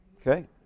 Okay